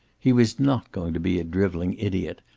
he was not going to be a driveling idiot,